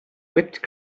whipped